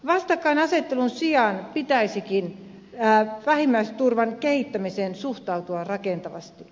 vastakkainasettelun sijaan pitäisikin vähimmäisturvan kehittämiseen suhtautua rakentavasti